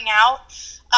out